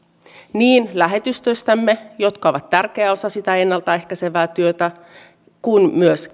niin lähetystöistämme jotka ovat tärkeä osa sitä ennalta ehkäisevää työtä kuin myös